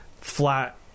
flat